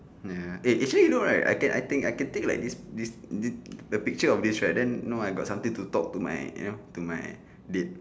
ya eh actually you know right I can I think I can take like this this this the picture of this right now I got something to talk to my you know talk to my date